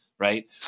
right